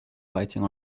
biting